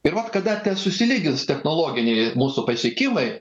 ir vat kada ten susilygins technologiniai mūsų pasiekimai